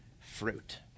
fruit